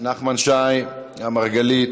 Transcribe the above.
נחמן שי, מרגלית,